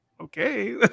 okay